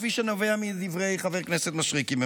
כפי שנובע מדברי חבר הכנסת משריקי,